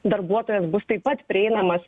darbuotojas bus taip pat prieinamas